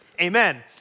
Amen